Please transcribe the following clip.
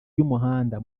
y’umuhanda